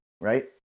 right